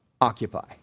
occupy